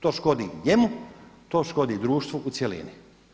To škodi njemu, to škodi društvu u cjelini.